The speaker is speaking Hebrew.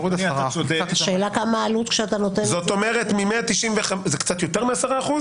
זה הוריד 10%. השאלה היא כמה העלות כשאתה נותן --- זה קצת יותר מ-10%?